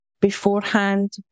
beforehand